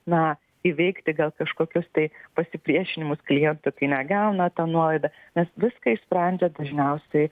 na įveikti gal kažkokius tai pasipriešinimus klientų kai negauna tą nuolaidą nes viską išsprendžia dažniausiai